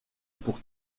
pour